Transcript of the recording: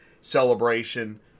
celebration